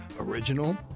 original